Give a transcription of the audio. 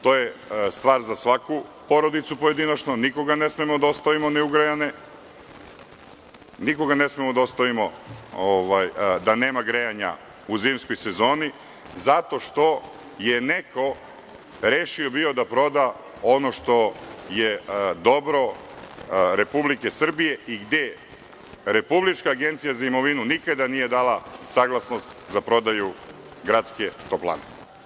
To je stvar za svaku porodicu pojedinačno, nikoga ne smemo da ostavimo neugrejanog, nikoga ne smemo da ostavimo da nema grejanja u zimskoj sezoni, zato što je neko rešio da proda ono što je dobro u Republici Srbiji i gde Republička agencija za imovinu nikada nije dala saglasnost za prodaju gradske toplane.